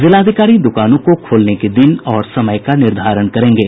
जिलाधिकारी दुकानों को खोलने के दिन और समय का निर्धारण करेंगे